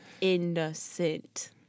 innocent